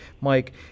Mike